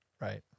Right